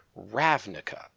Ravnica